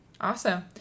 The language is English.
Awesome